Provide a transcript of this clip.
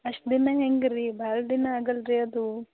ಅಷ್ಟು ದಿನ ಹೆಂಗೆ ರೀ ಭಾಳ ದಿನ ಆಗಲ್ಲ ರೀ ಅದು